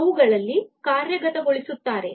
ಅವುಗಳಲ್ಲಿ ಕಾರ್ಯಗತಗೊಳಿಸುತ್ತಾರೆ